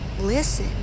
Listen